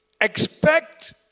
Expect